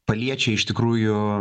paliečia iš tikrųjų